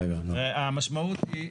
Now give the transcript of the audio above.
המשמעות היא,